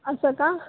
असं का